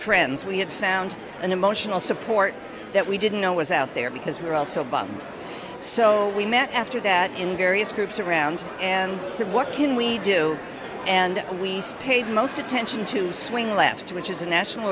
friends we had found an emotional support that we didn't know was out there because we were also bought so we met after that in various groups around and said what can we do and we paid most attention to swing left which is a national